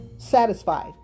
satisfied